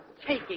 Taking